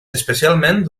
especialment